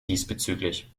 diesbezüglich